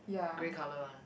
grey colour one